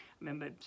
Remember